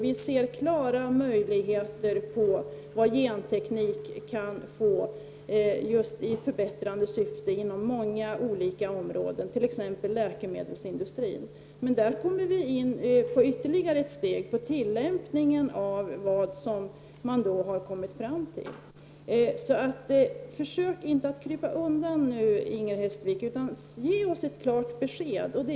Vi ser klara möjligheter till förbättringar med genteknik inom många olika områden, t.ex. inom läkemedelsindustrin. Och där kommer vi in på tillämpningen av de rön som man har kommit fram till. Försök inte att krypa undan nu, Inger Hestvik, utan ge oss ett klart besked!